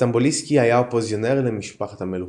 סטמבוליסקי היה אופוזיציונר למשפחת המלוכה,